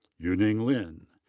yu-ning lin.